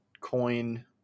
coin